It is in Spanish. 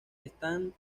están